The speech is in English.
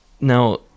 now